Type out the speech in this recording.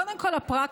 קודם כול הפרקטיקה,